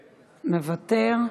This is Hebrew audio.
מוותר.